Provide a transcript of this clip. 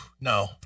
No